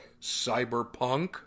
Cyberpunk